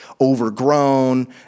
overgrown